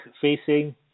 facing